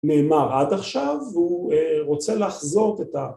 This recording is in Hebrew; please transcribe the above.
‫נאמר עד עכשיו, ‫והוא רוצה לחזות את ה...